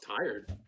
tired